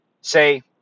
say